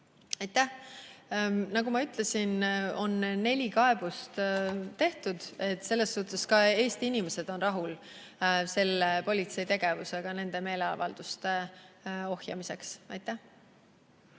Aitäh! Nagu ma ütlesin, on neli kaebust. Selles suhtes on ka Eesti inimesed rahul politsei tegevusega nende meeleavalduste ohjamisel. Aitäh!